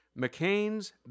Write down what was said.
McCain's